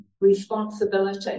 responsibility